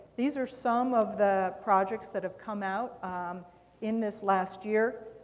these are some of the projects that have come out in this last year.